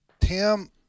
Tim